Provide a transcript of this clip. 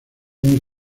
muy